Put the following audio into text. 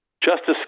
Justice